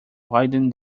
widen